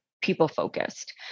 people-focused